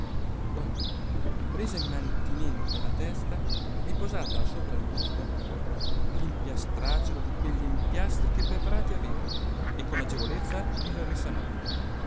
dopo presa immantinente la testa e postala sopra il busto l impiastrate ro di quegli empiastri che preparati aveva e con agevolezza il risanò